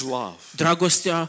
love